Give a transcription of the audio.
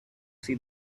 see